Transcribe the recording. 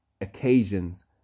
occasions